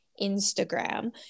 Instagram